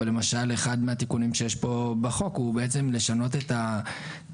אבל למשל אחד מהתיקונים שיש פה בחוק הוא בעצם לשנות את התמריצים.